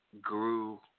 grew